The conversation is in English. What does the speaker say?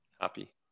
Happy